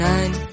Nine